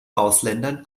ausländern